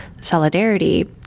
solidarity